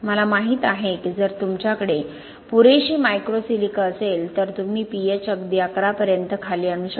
मला माहित आहे की जर तुमच्याकडे पुरेशी मायक्रो सिलिका असेल तर तुम्ही pH अगदी 11 पर्यंत खाली आणू शकता